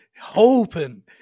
hoping